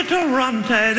Toronto